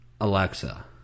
Alexa